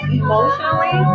emotionally